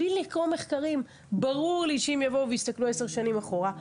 בלי לקרוא מחקרים ברור לי שאם יבואו ויסתכלו עשר שנים אחורה,